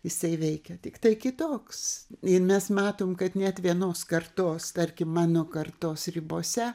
jisai veikia tiktai kitoks ir mes matom kad net vienos kartos tarkim mano kartos ribose